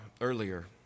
earlier